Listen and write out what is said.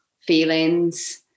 feelings